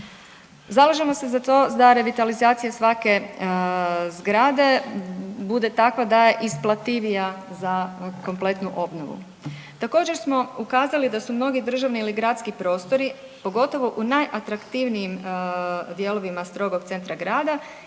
Zalažemo se za to da revitalizacija svake zgrade bude takva da je isplativija za kompletnu obnovu. Također smo ukazali da su mnogi državni ili gradski prostori, pogotovo u najatraktivnijim dijelovima strogog centra grada